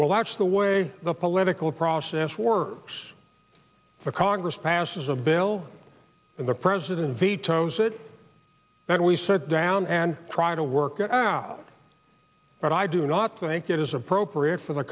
well that's the way the political process works the congress passes a bill and the president vetoes it and we said down and try to work it out but i do not think it is appropriate for the